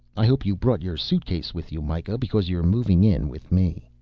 i hope you brought your suitcase with you, mikah, because you're moving in with me.